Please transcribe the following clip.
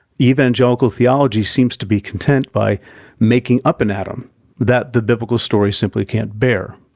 evangelical theology seems to be content by making up an adam that the biblical story simply can't bear.